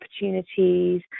opportunities